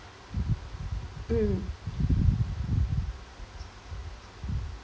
mm